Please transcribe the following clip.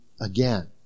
again